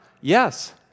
Yes